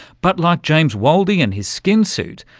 but like james waldie and his skin-suit,